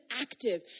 active